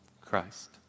Christ